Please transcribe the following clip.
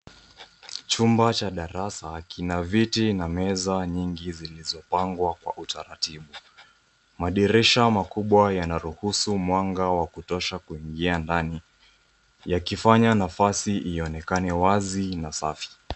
Chumba cha darasa kina viti na meza nyingi zilizopangwa kwa utaratibu. Madirisha makubwa yanaruhusu mwanga wa kutosha kuingia ndani yakifanya nafasi ionekane wazi na safi.